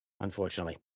Unfortunately